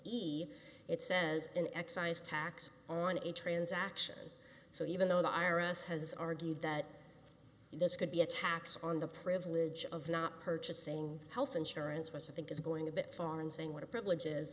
easy it says an excise tax on a transaction so even though the i r s has argued that this could be a tax on the privilege of not purchasing health insurance which i think is going a bit far in saying what a privilege